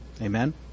Amen